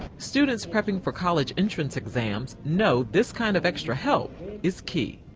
students prepping for college entrance exams know this kind of extra help is key.